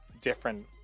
different